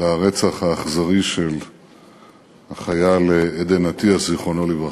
לרצח האכזרי של החייל עדן אטיאס, זיכרונו לברכה,